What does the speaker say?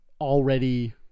already